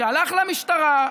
שהלך למשטרה,